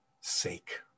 sake